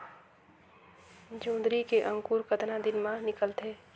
जोंदरी के अंकुर कतना दिन मां निकलथे?